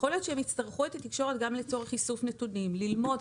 יכול להיות שהם יצטרכו תקשורת גם לצורך איסוף נתונים ולימוד.